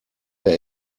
der